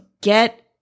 get